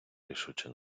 рішуче